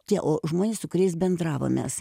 tie o žmonės su kuriais bendravom mes